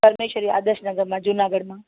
परमेश्वरी आदर्शनगर मां जूनागढ़ मां